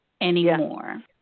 anymore